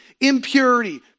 impurity